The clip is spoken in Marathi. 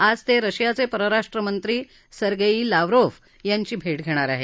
आज ते रशियाचे परराष्ट्रमंत्री सरगेई लावरोफ यांची भेट घेणार आहेत